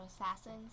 assassins